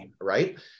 right